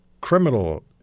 criminal